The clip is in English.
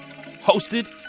Hosted